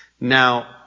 Now